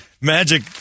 Magic